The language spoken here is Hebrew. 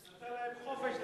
נתן להם חופש ללכת.